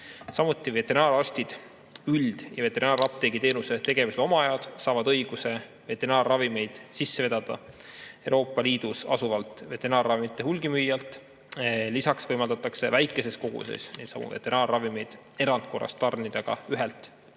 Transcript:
saavad veterinaararstid ning üld- ja veterinaarapteegiteenuse tegevusloa omajad õiguse veterinaarravimeid sisse vedada Euroopa Liidus asuvalt veterinaarravimite hulgimüüjalt. Lisaks võimaldatakse väikeses koguses neidsamu veterinaarravimeid erandkorras tarnida ka ühelt